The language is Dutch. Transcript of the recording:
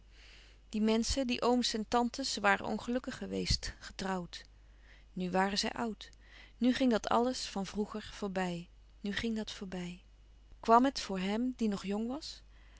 die menschen die ooms en tantes ze waren ongelukkig geweest getrouwd nu waren zij oud nu ging dat alles van vroeger voorbij nu ging dat voorbij kwàm het voor hem die nog jong was